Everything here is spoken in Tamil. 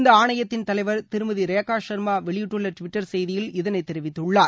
இந்த ஆணையத்தின் தலைவர் திருமதி ரேகா சர்மா வெளியிட்டுள்ள டுவிட்டர் செய்தியில் இதை தெரிவித்துள்ளார்